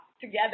together